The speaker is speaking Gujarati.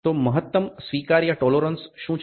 તો મહત્તમ સ્વીકાર્ય ટોલોરન્સ શું છે